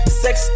sex